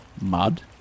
mud